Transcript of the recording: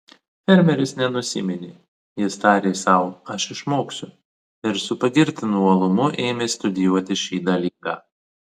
fermeris nenusiminė jis tarė sau aš išmoksiu ir su pagirtinu uolumu ėmė studijuoti šį dalyką